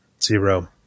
zero